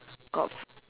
got f~